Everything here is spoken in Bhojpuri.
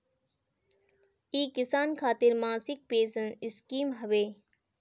इ किसान खातिर मासिक पेंसन स्कीम हवे